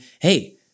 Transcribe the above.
hey